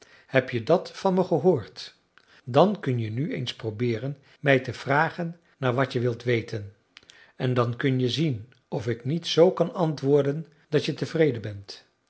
heb je dat van me gehoord dan kun je nu eens probeeren mij te vragen naar wat je wilt weten en dan kun je zien of ik niet zoo kan antwoorden dat je tevreden bent